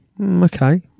Okay